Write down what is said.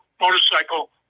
motorcycle